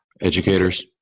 educators